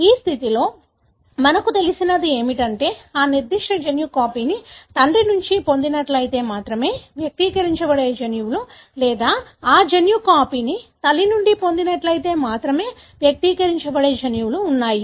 ఈ స్థితిలో మనకు తెలిసినది ఏమిటంటే ఆ నిర్దిష్ట జన్యు కాపీని తండ్రి నుండి పొందినట్లయితే మాత్రమే వ్యక్తీకరించబడే జన్యువులు లేదా ఆ జన్యు కాపీని తల్లి నుండి పొందినట్లయితే మాత్రమే వ్యక్తీకరించబడే జన్యువులు ఉన్నాయి